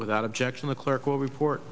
without objection the clerk will report